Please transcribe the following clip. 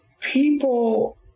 people